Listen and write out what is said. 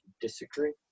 Disagree